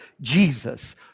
Jesus